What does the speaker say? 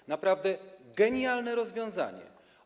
To naprawdę genialne rozwiązanie.